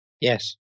Yes